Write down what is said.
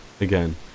again